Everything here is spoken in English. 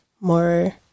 more